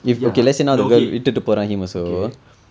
ya no okay okay